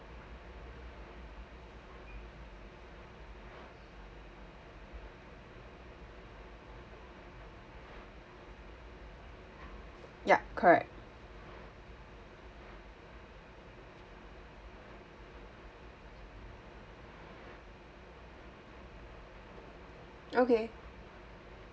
yup correct okay